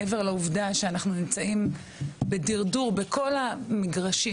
מעבר לעובדה שאנחנו נמצאים בדרדור בכל המגרשים,